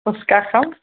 ফুচকা খাম